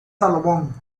salomón